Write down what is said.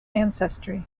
ancestry